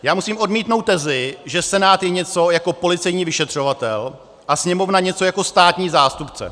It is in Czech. Já musím odmítnout tezi, že Senát je něco jako policejní vyšetřovatel a Sněmovna něco jako státní zástupce.